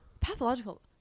pathological